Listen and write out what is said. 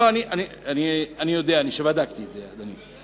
אני יודע, אני בדקתי את זה, אדוני.